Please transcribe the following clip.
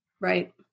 Right